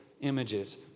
images